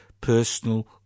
personal